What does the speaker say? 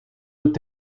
rückt